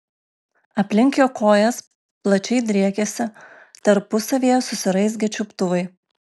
aplink jo kojas plačiai driekėsi tarpusavyje susiraizgę čiuptuvai